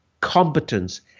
competence